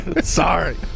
Sorry